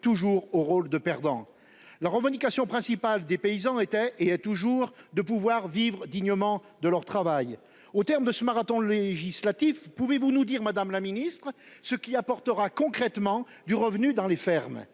cantonnés au rôle de perdants. La revendication principale des paysans était, et elle est toujours, de pouvoir vivre dignement de leur travail. Au terme de ce marathon législatif, pouvez vous nous dire ce qui apportera concrètement du revenu dans les fermes ?